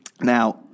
Now